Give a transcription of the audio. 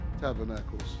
Tabernacles